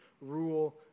rule